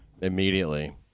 Immediately